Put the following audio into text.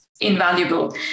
invaluable